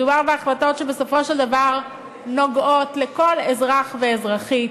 מדובר בהחלטות שבסופו של דבר נוגעות לכל אזרח ואזרחית.